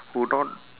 who don't